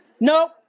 Nope